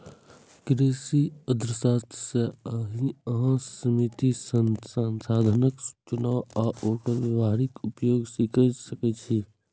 कृषि अर्थशास्त्र सं अहां सीमित साधनक चुनाव आ ओकर व्यावहारिक उपयोग सीख सकै छी